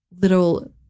little